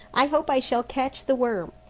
i hope i shall catch the worm.